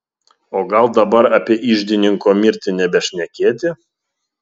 o gal dabar apie iždininko mirtį nebešnekėti